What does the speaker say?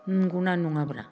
नंगौना नङाब्रा